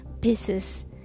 pieces